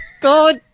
God